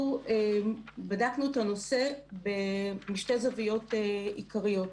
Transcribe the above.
אנחנו בדקנו את הנושא משתי זוויות עיקריות: